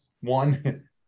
one